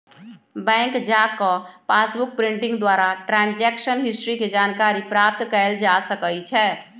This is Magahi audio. बैंक जा कऽ पासबुक प्रिंटिंग द्वारा ट्रांजैक्शन हिस्ट्री के जानकारी प्राप्त कएल जा सकइ छै